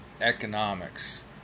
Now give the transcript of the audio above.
economics